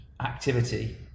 activity